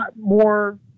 more